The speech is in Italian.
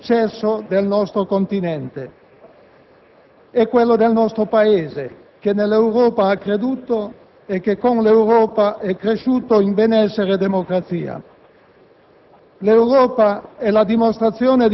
sono i principi che hanno decretato il successo del nostro Continente e quello del nostro Paese, che nell'Europa ha creduto e che con l'Europa è cresciuto in benessere e democrazia.